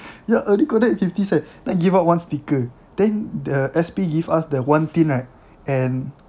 ya I only collect fifty cent I give out one sticker then the S_P give us the one tin right and